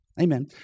Amen